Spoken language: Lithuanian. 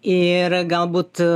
ir galbūt